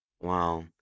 Wow